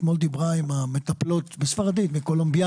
אתמול דיברה בספרדית עם המטפלות הקולומביאניות